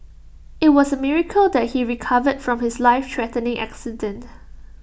IT was A miracle that he recovered from his life threatening accident